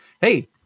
hey